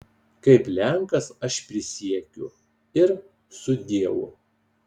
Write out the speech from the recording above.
kaip lenkas aš prisiekiu ir sudieu